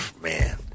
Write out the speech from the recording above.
man